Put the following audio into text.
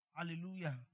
Hallelujah